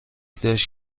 داشت